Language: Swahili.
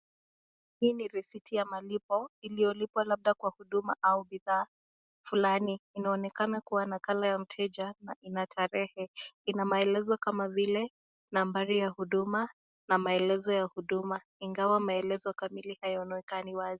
Hii ni risiti ya malipo iliyolipwa labda kwa huduma au bidhaa fulani. Inaonekana kuwa na nakala ya mteja na ina tarehe inamaelezo kama vile nambari ya huduma na maelezo ya huduma ingawa maelezo kamili hayaonekani wazi.